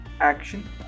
action